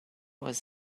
was